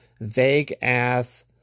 vague-ass